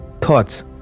thoughts